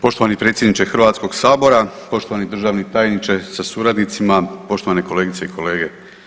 Poštovani predsjedniče HS-a, poštovani državni tajniče sa suradnicima, poštovane kolegice i kolege.